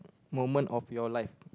moment of your life